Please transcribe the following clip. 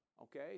okay